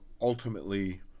ultimately